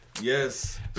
yes